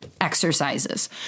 exercises